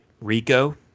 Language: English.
Rico